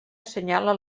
assenyala